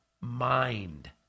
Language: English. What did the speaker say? mind